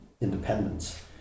independence